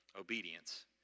Obedience